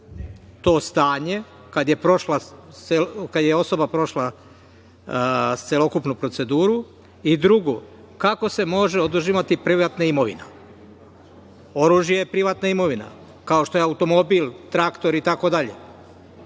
to stanje, kada je osoba prošla celokupnu proceduru? Drugo, kako se može oduzimati privatna imovina? Oružje je privatna imovina, kao što je automobil, traktor itd.